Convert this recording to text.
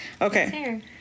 Okay